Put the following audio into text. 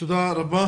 תודה רבה